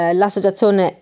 l'associazione